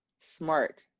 smart